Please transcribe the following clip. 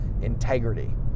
integrity